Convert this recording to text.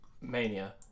Mania